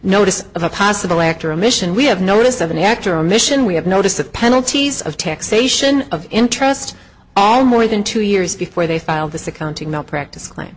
notice of a possible act or a mission we have noticed of an actor or mission we have noticed of penalties of taxation of interest all more than two years before they filed this accounting malpractise claim